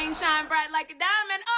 shine bright like a diamond!